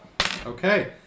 Okay